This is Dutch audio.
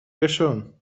persoon